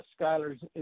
Skyler's